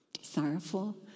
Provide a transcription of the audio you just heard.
Sorrowful